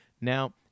Now